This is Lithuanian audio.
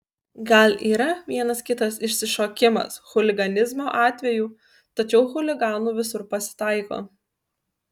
gal yra vienas kitas išsišokimas chuliganizmo atvejų tačiau chuliganų visur pasitaiko